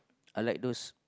I like those